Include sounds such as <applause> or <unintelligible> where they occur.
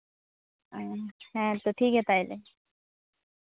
<unintelligible> ᱦᱮᱸ ᱛᱚ ᱴᱷᱤᱠᱜᱮᱭᱟ ᱛᱟᱦᱚᱞᱮ